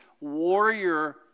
warrior